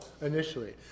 initially